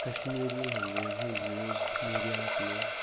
Kashmiri languages use میڈیاہس منٛر